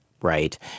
Right